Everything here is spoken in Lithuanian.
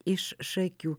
iš šakių